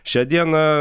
šią dieną